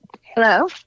Hello